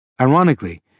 Ironically